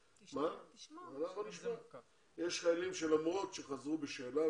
יש חיילים שלמרות שחזרו בשאלה,